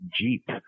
Jeep